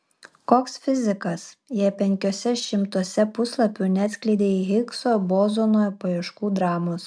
koks fizikas jei penkiuose šimtuose puslapių neatskleidei higso bozono paieškų dramos